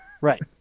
Right